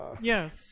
Yes